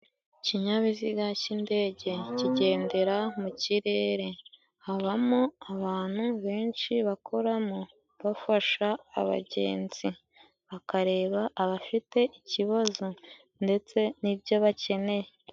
Ikinyabiziga cy'indege kigendera mu kirere habamo abantu benshi bakoramo, bafasha abagenzi, bakareba abafite ikibazo ndetse n'ibyo bakeneye.